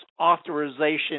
Authorization